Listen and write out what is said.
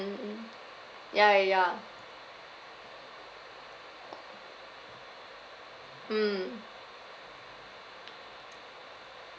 mm mm ya ya ya mm